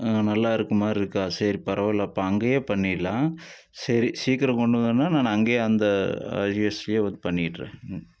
நல்லா இருக்கற மாதிரி இருக்கா சரி பரவாயில்ல அப்போ அங்கேயே பண்ணிடலாம் சரி சீக்கிரம் கொண்டு வந்தால் நான் அங்கேயே அந்த புக் பண்ணிடறேன்